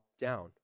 down